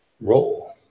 Roll